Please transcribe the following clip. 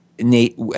Nate